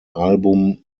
album